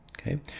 okay